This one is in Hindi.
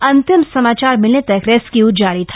अंतिम समाचार मिलने तक रेस्क्यू जारी था